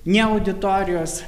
ne auditorijos